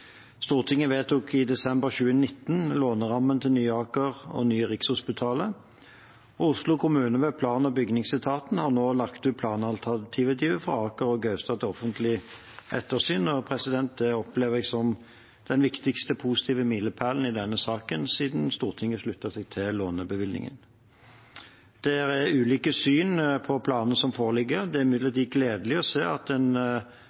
Stortinget vedtok i desember 2019 lånerammen til Nye Aker og Nye Rikshospitalet. Oslo kommune, ved plan- og bygningsetaten, har nå lagt ut planalternativet for Aker og Gaustad til offentlig ettersyn. Det opplever jeg som den viktigste positive milepælen i denne saken siden Stortinget sluttet seg til lånebevilgningen. Det er ulike syn på planene som foreligger. Det er imidlertid gledelig å se at en